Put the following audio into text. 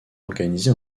organisé